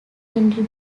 henry